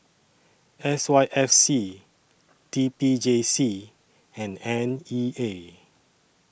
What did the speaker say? S Y F C T P J C and N E A